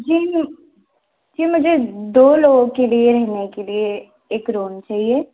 जी जी जी मुझे दो लोगों के लिए रहने के लिए एक रूम चाहिए